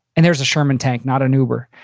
and there's a sherman tank, not an uber.